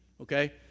okay